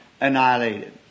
annihilated